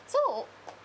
so